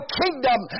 kingdom